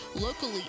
locally